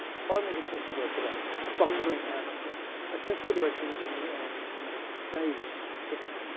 this poem was of course the work of ah a bungling amateur a consideration that, in the end, may have saved cookson.